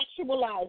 actualize